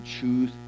choose